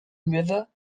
river